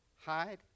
hide